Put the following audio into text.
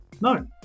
No